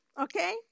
Okay